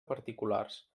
particulars